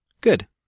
Good